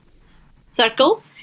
circle